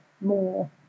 more